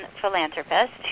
philanthropist